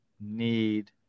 need